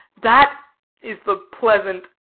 that is the pleasant,